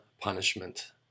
punishment